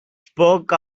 spoke